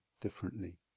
differently